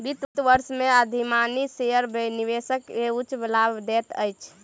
वित्त वर्ष में अधिमानी शेयर निवेशक के उच्च लाभ दैत अछि